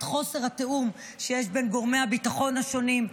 חוסר התיאום שיש בין גורמי הביטחון השונים,